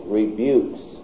rebukes